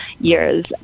years